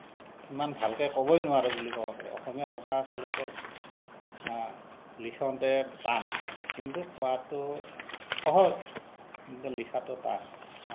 ইমান ভালকে ক'বই নোৱাৰোঁ বুলি ক'ব পাৰি অসমীয়া ভাষা আচলতে লিখোঁতে টান কিন্তু কোৱাটো সহজ কিন্তু লিখাটো টান